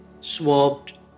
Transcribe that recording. swabbed